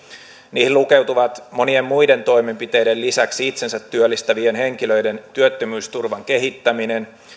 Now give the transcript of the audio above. niihin lukeutuvat monien muiden toimenpiteiden lisäksi itsensä työllistävien henkilöiden työttömyysturvan kehittäminen